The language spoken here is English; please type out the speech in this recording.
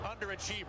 underachiever